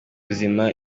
ruzima